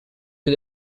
più